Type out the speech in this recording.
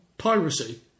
Piracy